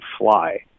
fly